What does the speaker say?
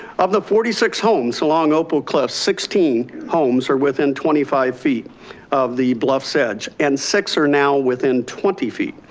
of the forty six homes along opal cliffs, sixteen homes are within twenty five feet of the bluff's edge, and six are now within twenty feet.